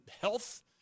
health